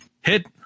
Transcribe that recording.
Hit